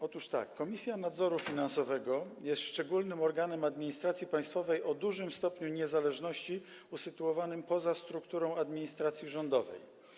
Otóż tak: Komisja Nadzoru Finansowego jest szczególnym organem administracji państwowej, o dużym stopniu niezależności, usytuowanym poza strukturą administracji rządowej.